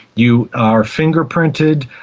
you are fingerprinted,